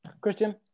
Christian